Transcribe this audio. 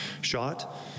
shot